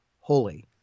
holy